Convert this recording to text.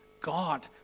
God